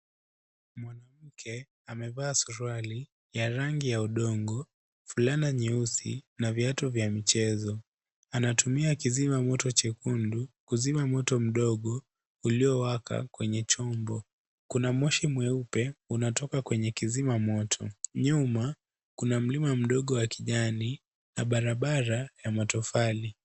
Mwanamke amevaa suruali ya rangi ya udongo fulana nyeusi na viatu vya michezo, anatumia kizima moto chekundu kuzima moto mdogo uliowaka kwenye chombo, kuna moshi mweupe unatoka kwenye kizima moto, nyuma kuna mlima mdogo wa kijani na barabara ya matofali.